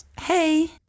Hey